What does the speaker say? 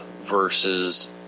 versus